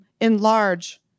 enlarge